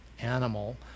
animal